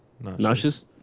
Nauseous